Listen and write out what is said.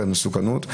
את המסוכנות,